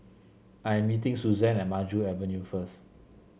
I am meeting Suzanne at Maju Avenue first